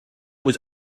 was